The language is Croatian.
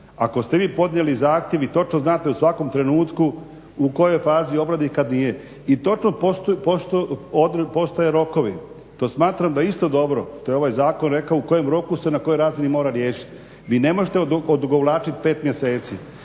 Ako ste vi podnijeli zahtjev i točno znate u svakom trenutku u kojoj je fazi i obradi kada nije. I točno postoje rokovi. To smatram da je isto dobro što je ovaj zakon rekao u kojem roku se na kojoj razini mora riješiti. Vi ne možete odugovlačiti pet mjeseci.